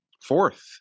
fourth